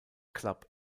club